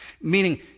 meaning